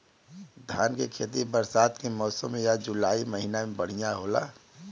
धान के खेती बरसात के मौसम या जुलाई महीना में बढ़ियां होला?